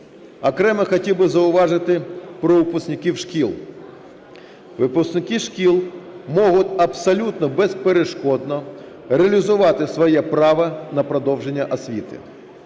Окремо хотів би зауважити про випускників шкіл. Випускники шкіл можуть абсолютно безперешкодно реалізувати своє право на продовження освіти.